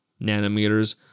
nanometers